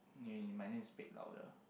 you might need to speak louder